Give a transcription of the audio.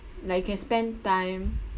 like you can spend time